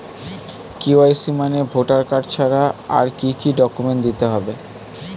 KYC মানে voter card ছাড়া আর কি কি ডকুমেন্ট দিতে হবে?